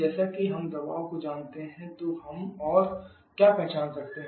जैसा कि हम दबाव को जानते हैं तो हम और क्या पहचान सकते हैं